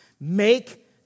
Make